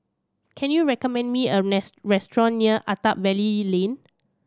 can you recommend me a restaurant near Attap Valley Lane